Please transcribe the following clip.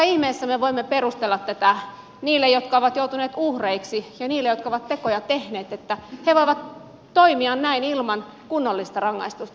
kuinka ihmeessä me voimme perustella tätä niille jotka ovat joutuneet uhreiksi ja niille jotka ovat tekoja tehneet että he voivat toimia näin ilman kunnollista rangaistusta